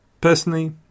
Personally